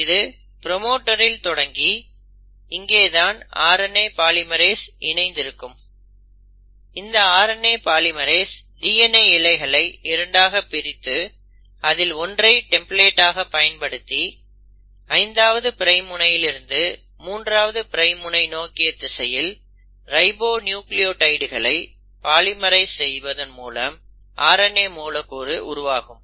இது ப்ரோமோட்டரில் தொடங்கி இங்கே தான் RNA பாலிமெரேஸ் இணைந்து இருக்கும் இந்த RNA பாலிமெரேஸ் DNA இழைகளை இரண்டாக பிரித்து அதில் ஒன்றை டெம்ப்ளேட் ஆக பயன்படுத்தி 5ஆவது பிரைம் முனையிலிருந்து 3ஆவது பிரைம் முனை நோக்கிய திசையில் ரைபோநியூக்ளியோடைடுகளை பாலிமரைஸ் செய்வதன் மூலம் RNA மூலக்கூறு உருவாகும்